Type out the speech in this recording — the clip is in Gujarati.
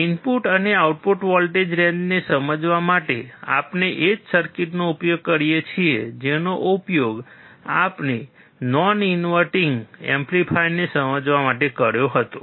ઇનપુટ અને આઉટપુટ વોલ્ટેજ રેન્જને સમજવા માટે આપણે એ જ સર્કિટનો ઉપયોગ કરીએ છીએ જેનો ઉપયોગ આપણે નોન ઇન્વર્ટીંગ એમ્પ્લીફાયરને સમજવા માટે કર્યો હતો